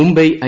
Mumbai I